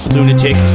Lunatic